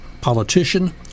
politician